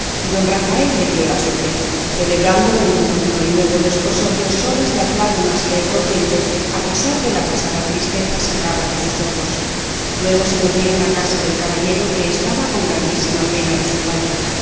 y don rafael le dio la suya celebrando el noturno y nuevo desposorio solas las lágrimas que el contento a pesar de la pasada tristeza sacaba de sus ojos luego se volvieron a casa del caballero que estaba con grandísima pena de su falta